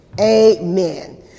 Amen